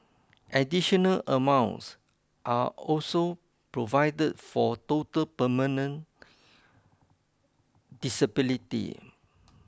additional amounts are also provided for total permanent disability